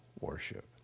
worship